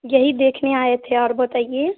यही देखने आए थे और बताइए